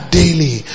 daily